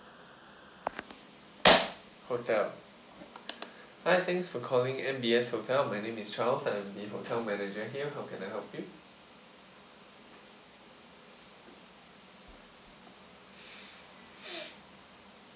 hotel hi thanks for calling M_B_S hotel my name is charles I'm the hotel manager here how can I help you